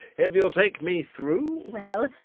if you'll take me through well,